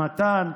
מתן.